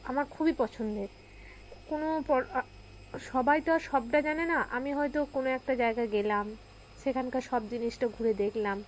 আমার খুবই পছন্দের কোনো সবাই তো আর সবটা জানে না আমি হয়তো কোনো একটা জায়গা গেলাম সেখানকার সব জিনিসটা ঘুরে দেখলাম